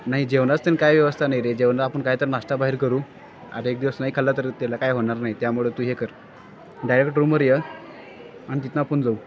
नाही जेवणाचं तंन काय व्यवस्था नाही रे जेवण आपण काय तर नाश्ता बाहेर करू अरे एक दिवस नाही खाल्ला तर त्याला काय होणार नाही त्यामुळे तू हे कर डायरेक्ट रूमवर ये आणि तिथनं आपण जाऊ